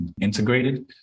integrated